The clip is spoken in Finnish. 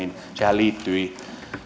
liittyi